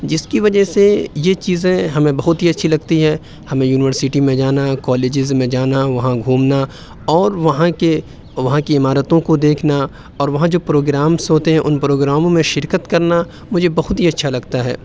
جس کی وجہ سے یہ چیزیں ہمیں بہت ہی اچھی لگتی ہیں ہمیں یونیورسٹی میں جانا کالیجیز میں جانا وہاں گھومنا اور وہاں کے وہاں کی عمارتوں کو دیکھنا اور وہاں جو پروگرامس ہوتے ہیں ان پروگراموں میں شرکت کرنا مجھے بہت ہی اچھا لگتا ہے